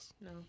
No